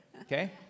okay